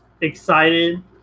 excited